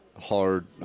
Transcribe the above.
hard